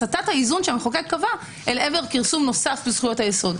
הסטת האיזון שהמחוקק קבע אל עבר כרסום נוסף בזכויות היסוד.